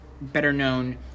better-known